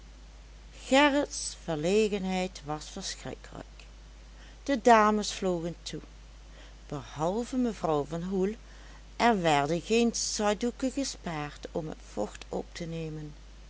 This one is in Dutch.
gerrits verlegenheid was verschrikkelijk de dames vlogen toe behalve mevrouw van hoel er werden geen zakdoeken gespaard om het vocht op te nemen